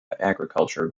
agriculture